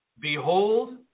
behold